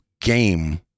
game